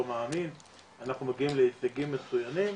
מאמין אנחנו מגיעים להישגים מצויינים.